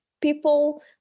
people